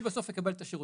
אני בסוף אקבל את השירות.